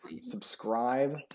subscribe